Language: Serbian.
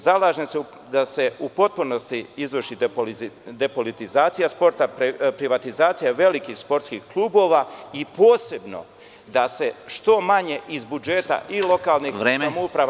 Zalažem se da se u potpunosti izvrši depolitizacija sporta, privatizacija velikih sportskih klubova i posebno da se što manje iz budžeta i lokalnih samouprava…